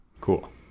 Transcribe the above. Cool